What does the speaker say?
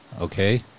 Okay